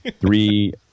Three